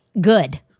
good